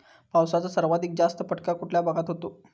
पावसाचा सर्वाधिक जास्त फटका कुठल्या भागात होतो?